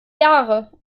jahre